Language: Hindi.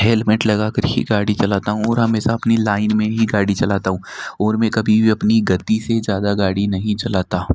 हेलमेट लगा कर ही गाड़ी चलाता हूँ और हमेशा अपनी लाइन में ही गाड़ी चलाता हूँ और मैं कभी भी अपनी गति से ज़्यादा गाड़ी नहीं चलाता